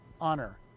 honor